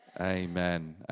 Amen